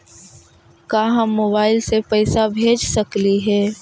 का हम मोबाईल से पैसा भेज सकली हे?